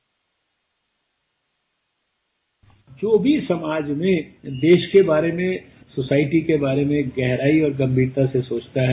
bite जो भी समाज में देश के बारे में सोसायटी के बारे में गहराई और गंभीरता से सोचता है